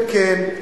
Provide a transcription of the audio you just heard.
וכן,